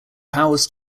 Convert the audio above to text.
powers